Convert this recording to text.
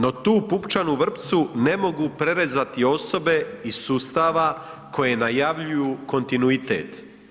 No tu pupčanu vrpcu ne mogu prerezati osobe iz sustava koje najavljuju kontinuitet.